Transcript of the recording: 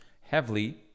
heavily